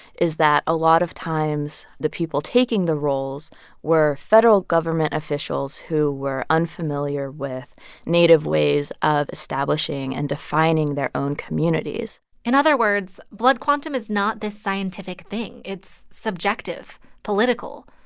is that a lot of times the people taking the rolls were federal government officials who were unfamiliar with native ways of establishing and defining their own communities in other words, blood quantum is not this scientific thing. it's subjective, political.